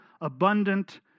abundant